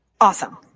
Awesome